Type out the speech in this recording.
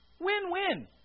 Win-win